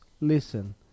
listen